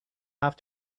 have